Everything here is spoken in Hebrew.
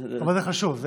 אבל זה חשוב.